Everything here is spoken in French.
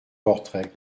portrait